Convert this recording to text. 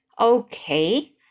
Okay